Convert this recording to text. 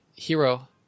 Hero